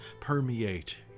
permeate